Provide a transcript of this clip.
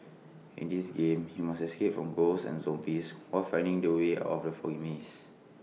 in this game you must escape from ghosts and zombies while finding the way out of the foggy maze